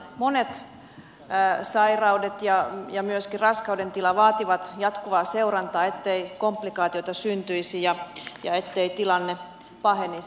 monet sairaudet ja myöskin raskaudentila vaativat jatkuvaa seurantaa ettei komplikaatioita syntyisi ja ettei tilanne pahenisi